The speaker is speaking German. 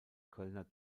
kölner